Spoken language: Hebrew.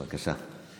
בבקשה.